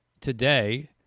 today